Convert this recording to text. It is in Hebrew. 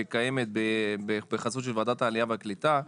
שקיימת בחסות של ועדת העלייה והקליטה,